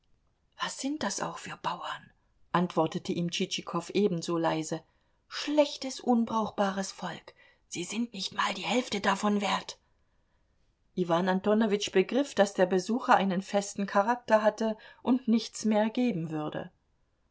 was sind das auch für bauern antwortete ihm tschitschikow ebenso leise schlechtes unbrauchbares volk sie sind nicht mal die hälfte davon wert iwan antonowitsch begriff daß der besucher einen festen charakter hatte und nichts mehr geben würde